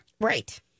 Right